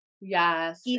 Yes